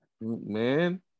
Man